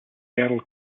earl